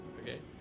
Okay